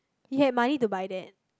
he had money to buy that